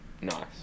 Nice